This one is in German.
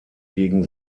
gegen